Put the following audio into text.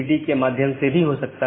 जिसके माध्यम से AS hops लेता है